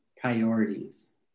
priorities